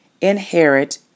inherit